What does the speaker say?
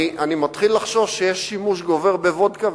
אני מתחיל לחשוש שיש שימוש גובר בוודקה,